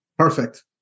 Perfect